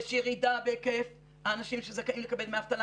יש ירידה בהיקף האנשים שזכאים לקבל דמי אבטלה.